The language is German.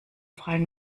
freien